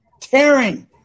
tearing